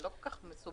זה לא כל כך מסובך.